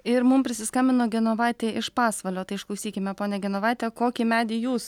ir mum prisiskambino genovaitė iš pasvalio tai išklausykime ponia genovaite kokį medį jūs